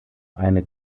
eine